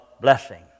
blessing